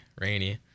rainy